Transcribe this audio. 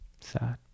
sad